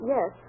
Yes